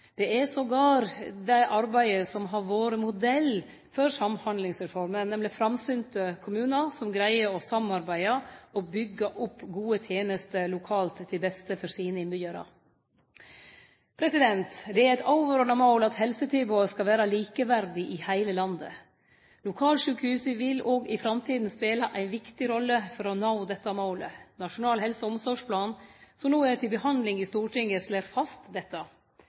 dette. Det er dette arbeidet som attpåtil har vore modell for Samhandlingsreforma, nemleg framsynte kommunar som greier å samarbeide og byggje opp gode tenester lokalt til beste for sine innbyggjarar. Det er eit overordna mål at helsetilbodet skal vere likeverdig i heile landet. Lokalsjukehusa vil òg i framtida spele ei viktig rolle for å nå dette målet. Nasjonal helse- og omsorgsplan, som no er til behandling i Stortinget, slår fast dette.